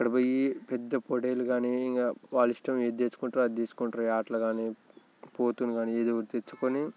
అక్కడ పోయి పెద్ద పొట్టేలు కానీ ఇంకా వాళ్ళ ఇష్టం ఏది తెచ్చుకుంటారో అది తీసుకుంటారు వేటలు కానీ పోతును కానీ ఏదో ఒకటి తెచ్చుకుని